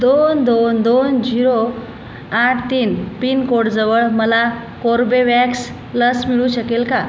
दोन दोन दोन झिरो आठ तीन पिनकोडजवळ मला कोर्बेवॅक्स लस मिळू शकेल का